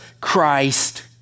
Christ